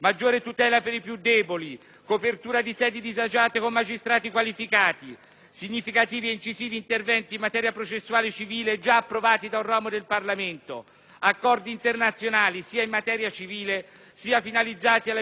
copertura di sedi disagiate con magistrati qualificati; significativi e incisivi interventi in materia processuale civile già approvati da un ramo del Parlamento; accordi internazionali sia in materia civile sia finalizzati alla più efficiente lotta alla criminalità;